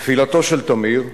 נפילתו של תמיר,